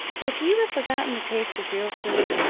if you have forgotten the taste of real food,